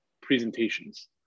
presentations